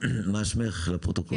מה שמך לפרוטוקול?